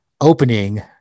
opening